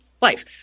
life